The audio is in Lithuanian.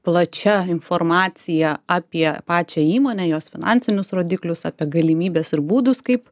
plačia informacija apie pačią įmonę jos finansinius rodiklius apie galimybes ir būdus kaip